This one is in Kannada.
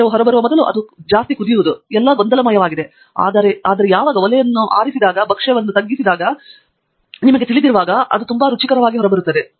ಭಕ್ಷ್ಯವು ಹೊರಬರುವ ಮೊದಲು ಅದು ಎಲ್ಲಾ ಕುದಿಯುವದು ಮತ್ತು ಎಲ್ಲಾ ಗೊಂದಲಮಯವಾಗಿದೆ ಆದರೆ ಯಾವಾಗ ಒಲೆ ತೆಗೆಯಲ್ಪಟ್ಟಾಗ ಮತ್ತು ಭಕ್ಷ್ಯವು ತಗ್ಗಿಸಿದಾಗ ನಿಮಗೆ ತಿಳಿದಿರುವಾಗ ಅದು ತುಂಬಾ ಸುಂದರವಾದ ರುಚಿಗೆ ಹೊರಬರುತ್ತದೆ